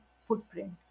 footprint